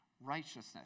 righteousness